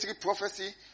prophecy